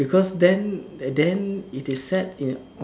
because then then it is set in